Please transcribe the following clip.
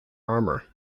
armour